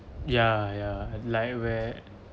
ya ya like where